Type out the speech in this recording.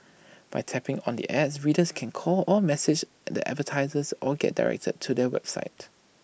by tapping on the ads readers can call or message and the advertisers or get directed to their websites